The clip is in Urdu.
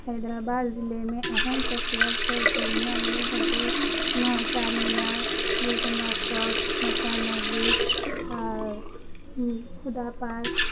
حیدرآباد ضلعے میں اہم تفریحات سرگرمیاں یہ ہے کہ چارمینار گولگنڈا فورٹ مکہ مسجد اور خدا پارک